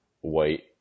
white